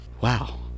wow